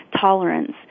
tolerance